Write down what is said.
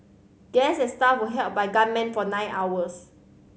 guests and staff were held by gunmen for nine hours